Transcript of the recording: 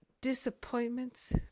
Disappointments